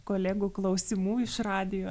kolegų klausimų iš radijo